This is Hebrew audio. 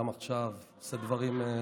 וגם עכשיו עושה דברים,